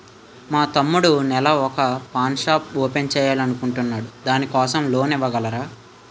మా తమ్ముడు నెల వొక పాన్ షాప్ ఓపెన్ చేయాలి అనుకుంటునాడు దాని కోసం లోన్ ఇవగలరా?